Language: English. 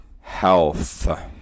health